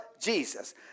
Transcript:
Jesus